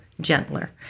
gentler